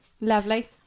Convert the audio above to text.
lovely